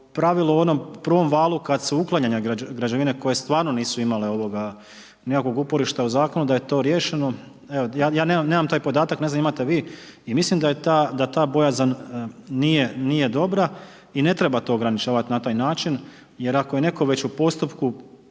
pravilu onom prvom valu kad su uklanjane građevine koje stvarno nisu imale nikakvog uporišta u Zakonu, da je to riješeno. Evo, ja nemam taj podatak, ne znam imate li vi i mislim da je ta bojazan nije dobra i ne treba to ograničavati na taj način jer ako je netko već u postupku,